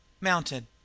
mounted